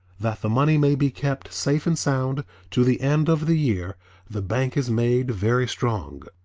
that the money may be kept safe and sound to the end of the year the bank is made very strong.